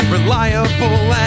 Reliable